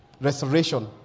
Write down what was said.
restoration